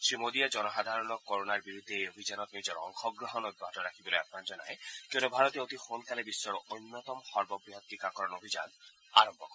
শ্ৰী মোদীয়ে জনসাধাৰণক ক'ৰ'নাৰ বিৰুদ্ধে এই অভিযানত নিজৰ অংশগ্ৰহণ অব্যাহত ৰাখিবলৈ আয়ান জনায় কিয়নো ভাৰতে অতি সোনকালে বিশ্বৰ অন্যতম সৰ্ববহৎ টীকাকৰণ অভিযান আৰম্ভ কৰিব